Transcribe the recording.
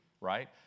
right